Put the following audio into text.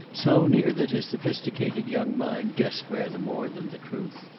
so near that his sophisticated young mind guessed rather more than the truth.